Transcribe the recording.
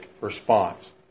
response